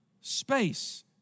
space